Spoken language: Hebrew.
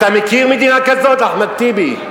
אתה מכיר מדינה כזאת, אחמד טיבי?